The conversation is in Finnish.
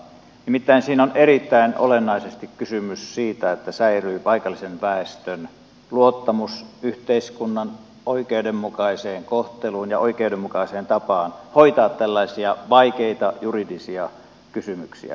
nimittäin siinä on erittäin olennaisesti kysymys siitä että säilyy paikallisen väestön luottamus yhteiskunnan oikeudenmukaiseen kohteluun ja oikeudenmukaiseen tapaan hoitaa vaikeita juridisia kysymyksiä